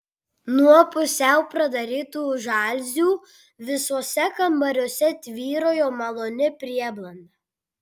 nuo pusiau pradarytų žaliuzių visuose kambariuose tvyrojo maloni prieblanda